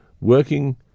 working